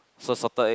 so salted egg